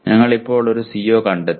ഞങ്ങൾ ഇപ്പോൾ ഒരു CO കണ്ടെത്തി